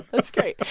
that's great.